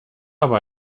aber